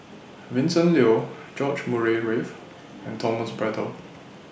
Vincent Leow George Murray Reith and Thomas Braddell